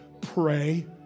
Pray